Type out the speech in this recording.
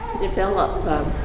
Develop